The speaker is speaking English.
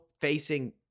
facing